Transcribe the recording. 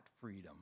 freedom